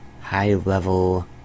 high-level